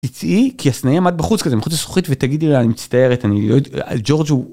תצאי, כי הסנאי עמד בחוץ כזה מחוץ לזכוכית ותגידי לה אני מצטערת אני לא יודעת, על ג'ורג' הוא.